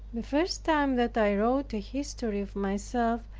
the first time that i wrote a history of myself,